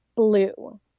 blue